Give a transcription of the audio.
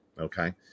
okay